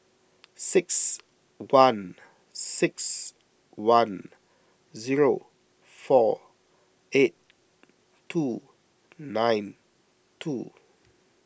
six one six one zero four eight two nine two